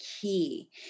key